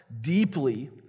deeply